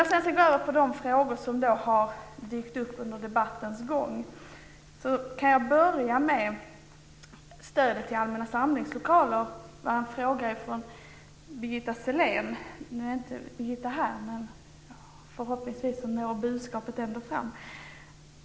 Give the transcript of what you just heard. Så över till de frågor som dykt upp under debattens gång. Jag kan börja med stödet till allmänna samlingslokaler. Det var en fråga från Birgitta Sellén. Nu är hon inte här, men förhoppningsvis når budskapet ändå fram.